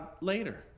later